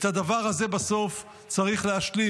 את הדבר הזה בסוף צריך להשלים.